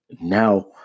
Now